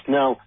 now